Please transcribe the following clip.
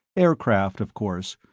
aircraft, of course,